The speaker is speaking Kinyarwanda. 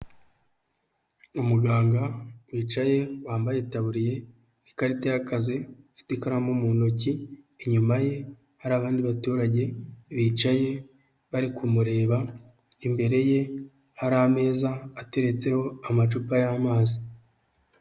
Umuganga wicaye wambaye itaburiye n'ikarita y'akazi afite ikaramu mu ntoki, inyuma ye hari abandi baturage bicaye bari kumureba, imbere ye hari ameza ateretseho amacupa y'amazi.